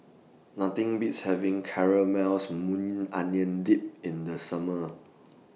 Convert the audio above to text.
Nothing Beats having Caramelized Maui Onion Dip in The Summer